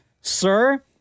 Sir